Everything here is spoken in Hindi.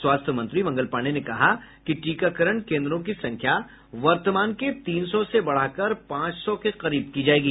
स्वस्थ्य मंत्री मंगल पांडेय ने कहा कि टीकाकरण केन्द्रों की संख्या वर्तमान के तीन सौ से बढ़ाकर पांच सौ के करीब की जाएगी